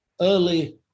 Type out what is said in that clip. early